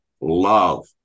love